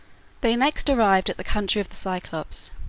they next arrived at the country of the cyclopes.